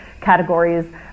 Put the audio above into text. categories